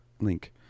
Link